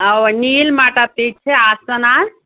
اَوا نیٖلۍ مَٹر تہِ چھِ آسان آز